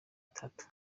itatu